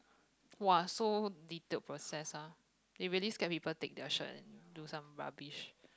!wah! so dedupe process ah it really scare people take their shirt and do some rubbish